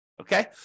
Okay